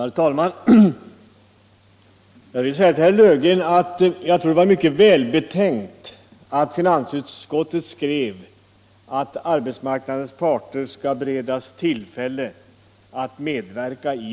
Herr talman! Jag vill säga till herr Löfgren att jag tror att det var mycket välbetänkt att finansutskottet skrev, att arbetsmarknadens parter skall beredas tillfälle att medverka.